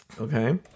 Okay